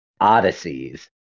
odysseys